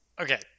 Okay